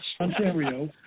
Ontario